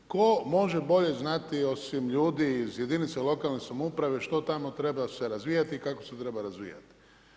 Tko može bolje znati osim ljudi iz jedinica lokalne samouprave što tamo treba se razvijati i kako se treba razvijati.